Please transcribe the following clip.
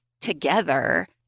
together